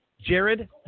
Jared